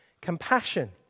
compassion